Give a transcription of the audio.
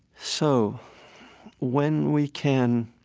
so when we can